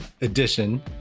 edition